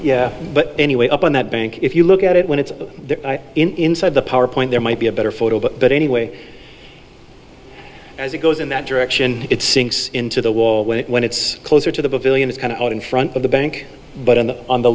yeah but anyway up on that bank if you look at it when it's the inside the power point there might be a better photo but anyway as it goes in that direction it sinks into the wall when it when it's closer to the pavilion is kind of out in front of the bank but on the on the